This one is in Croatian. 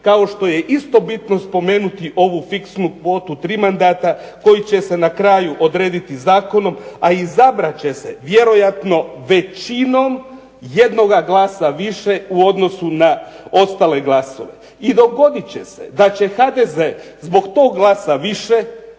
kao što je isto bitno spomenuti ovu fiksnu kvotu 3 mandata koji će se na kraju odrediti zakonom, a izabrat će se vjerojatno većinom jednoga glasa više u odnosu na ostale glasove. I dogodit će se da će HDZ zbog tog glasa više dobiti